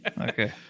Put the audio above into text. Okay